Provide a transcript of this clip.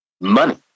money